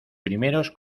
primeros